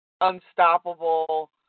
unstoppable